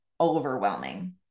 overwhelming